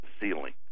ceiling